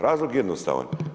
Razlog je jednostavan.